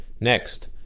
Next